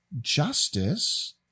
justice